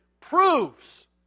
proves